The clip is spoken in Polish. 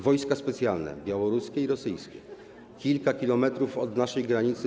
Wojska specjalne białoruskie i rosyjskie - kilka kilometrów od naszej granicy.